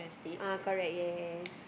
ah correct yes